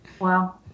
Wow